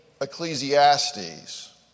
Ecclesiastes